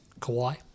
Kawhi